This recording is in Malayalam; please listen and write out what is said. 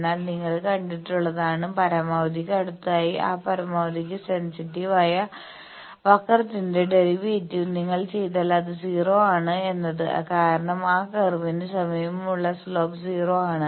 എന്നാൽ നിങ്ങൾ കണ്ടിട്ടുഉള്ളതാണ് പരമാവധിക്ക് അടുത്തായി ആ പരമാവധിക്ക് സെൻസിറ്റിവായ വക്രത്തിന്റെ ഡെറിവേറ്റീവ് നിങ്ങൾ ചെയ്താൽ അത് 0 ആണ് എന്നത് കാരണം ആ കർവിന് സമീപമുള്ള സ്ലോപ്പ് 0 ആണ്